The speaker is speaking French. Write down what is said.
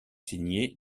signés